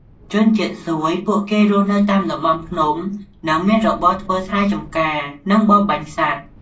ជនជាតិសួយ ពួកគេរស់នៅតាមតំបន់ភ្នំ និងមានរបរធ្វើស្រែចម្ការ និងបរបាញ់សត្វ។